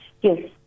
Yes